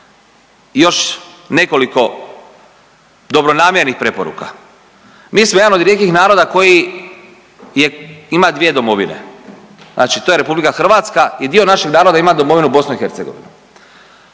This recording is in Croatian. Još nekoliko dobronamjernih preporuka. Mi smo jedan od rijetkih naroda koji ima dvije domovine. Znači, to je Republika Hrvatska i dio našeg naroda ima domovinu Bosnu i Hercegovinu.